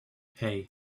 hey